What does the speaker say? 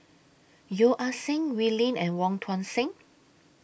Yeo Ah Seng Wee Lin and Wong Tuang Seng